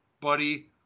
buddy